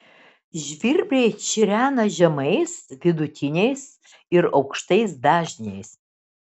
žvirbliai čirena žemais vidutiniais ir aukštais dažniais